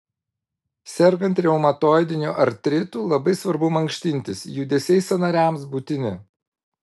sergant reumatoidiniu artritu labai svarbu mankštintis judesiai sąnariams būtini